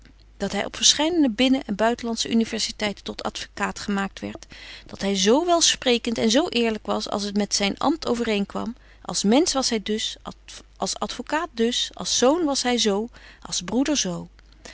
dat hy op verscheide binnen en buitenlandsche universiteiten tot advocaat gemaakt werdt dat hy zo welsprekent en zo eerlyk was als t met zyn amt overeen kwam als mensch was hy dus als advocaat dus als zoon was hy zo als broeder